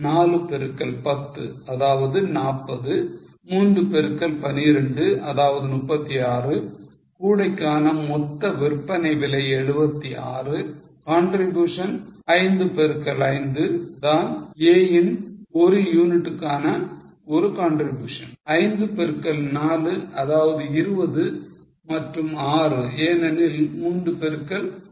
4 பெருக்கல் 10 அதாவது 40 3 பெருக்கல் 12 அதாவது 36 கூடைக்கான மொத்த விற்பனை விலை 76 contribution 5 பெருக்கல் 5 தான் A யின் 1 யூனிட்டுக்கான ஒரு contribution 5 பெருக்கல் 4 அதாவது 20 மற்றும் 6 ஏனெனில் 3 பெருக்கல் 2